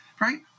Right